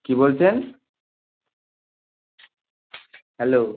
কী বলছেন হ্যালো